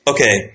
Okay